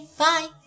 bye